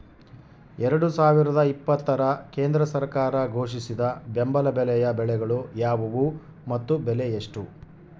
ಎರಡು ಸಾವಿರದ ಇಪ್ಪತ್ತರ ಕೇಂದ್ರ ಸರ್ಕಾರ ಘೋಷಿಸಿದ ಬೆಂಬಲ ಬೆಲೆಯ ಬೆಳೆಗಳು ಯಾವುವು ಮತ್ತು ಬೆಲೆ ಎಷ್ಟು?